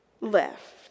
left